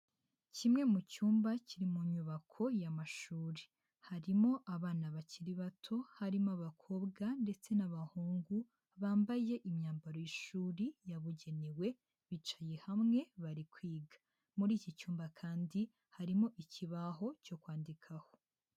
Kimwe mu cyumba kiri mu nyubako y'amashuri. Harimo abana bakiri bato harimo abakobwa ndetse n'abahungu, bambaye imyambaro y'ishuri yabugenewe bicaye hamwe bari kwiga. Muri iki cyumba kandi harimo ikibaho cyo kwandikaho.